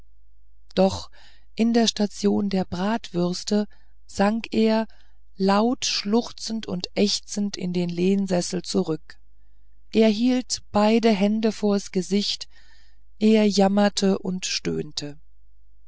doch in der station der blutwürste sank er laut schluchzend und ächzend in den lehnsessel zurück er hielt beide hände vors gesicht er jammerte und stöhnte